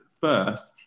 first